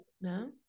No